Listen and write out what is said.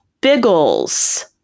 Biggles